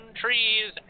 trees